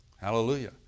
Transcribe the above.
Hallelujah